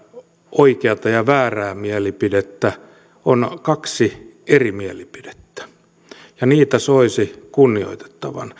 oikeata ja väärää mielipidettä on kaksi eri mielipidettä ja niitä soisi kunnioitettavan